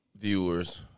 viewers